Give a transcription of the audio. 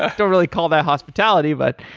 ah don't really call that hospitality, but,